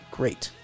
great